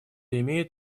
имеет